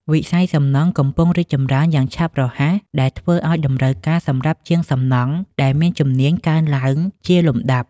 វិស័យសំណង់កំពុងរីកចម្រើនយ៉ាងឆាប់រហ័សដែលធ្វើឱ្យតម្រូវការសម្រាប់ជាងសំណង់ដែលមានជំនាញកើនឡើងជាលំដាប់។